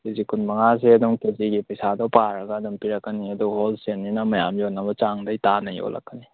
ꯀꯦ G ꯀꯨꯟꯃꯥꯡꯁꯦ ꯑꯗꯨꯝ K ꯖꯤꯒꯤ ꯄꯩꯁꯥꯗ ꯄꯥꯔꯒ ꯑꯗꯨꯝ ꯄꯤꯔꯛꯀꯅꯤ ꯑꯗꯣ ꯍꯣꯜ ꯁꯦꯜꯅꯤꯅ ꯃꯌꯥꯝ ꯌꯣꯟꯅꯕ ꯆꯥꯡꯗꯒꯤ ꯇꯥꯅ ꯌꯣꯂꯛꯀꯅꯤ